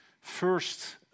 first